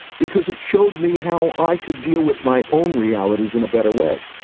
because it showed me how i could deal with my own realities in a better way.